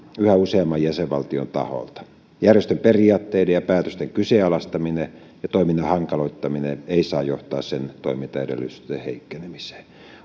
yhä useamman jäsenvaltion taholta järjestön periaatteiden ja päätösten kyseenalaistaminen ja toiminnan hankaloittaminen eivät saa johtaa sen toimintaedellytysten heikkenemiseen